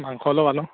মাংস অলপ আনো